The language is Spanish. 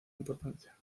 importancia